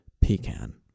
pecan